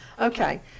Okay